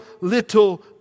little